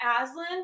Aslan